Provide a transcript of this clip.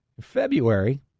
February